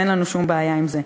ואין לנו בעיה עם זה.